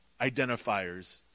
identifiers